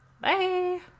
Bye